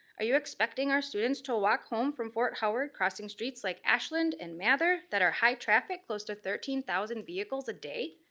are you expecting our students to walk home from fort howard? crossing streets like ashland and nather, that are high traffic close to thirteen thousand vehicles a day?